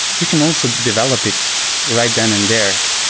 you can also develop it right then and there.